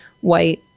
white